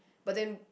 but then